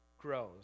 grows